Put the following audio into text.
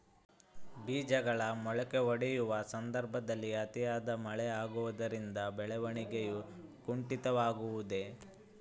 ಬೇಜಗಳು ಮೊಳಕೆಯೊಡೆಯುವ ಸಂದರ್ಭದಲ್ಲಿ ಅತಿಯಾದ ಮಳೆ ಆಗುವುದರಿಂದ ಬೆಳವಣಿಗೆಯು ಕುಂಠಿತವಾಗುವುದೆ?